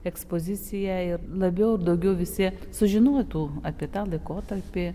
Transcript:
ekspoziciją ir labiau ir daugiau visi sužinotų apie tą laikotarpį